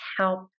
help